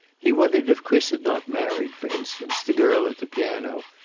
he wondered if chris had not married, for instance, the girl at the piano,